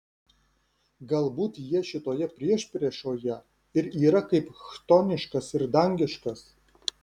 galbūt jie šitoje priešpriešoje ir yra kaip chtoniškas ir dangiškas